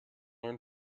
learn